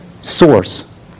source